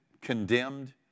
condemned